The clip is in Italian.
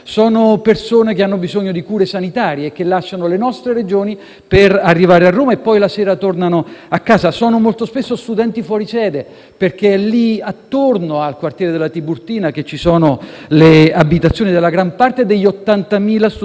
per arrivare a Roma e la sera rientrare a casa. Sono molto spesso studenti fuori sede. Infatti, attorno al quartiere della Tiburtina vi sono le abitazioni della gran parte degli 80.000 studenti fuori sede delle università romane. Utilizzano